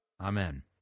Amen